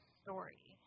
story